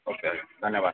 okay ଧନ୍ୟବାଦ